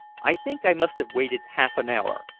i think i must have waited half an hour,